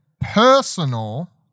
personal